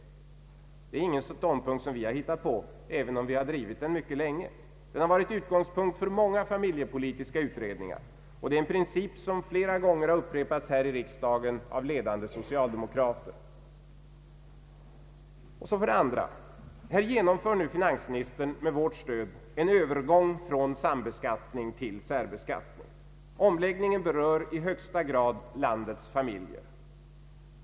Det är inte en ståndpunkt som vi hittat på, även om vi drivit den mycket länge. Den har varit utgångspunkten för många familjepolitiska utredningar, och det är en princip som flera gånger har upprepats här i riksdagen. För det andra: Här genomför finansministern med vårt stöd en övergång från sambeskattning till särbeskattning. Omläggningen berör i högsta grad landets familjer.